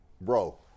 bro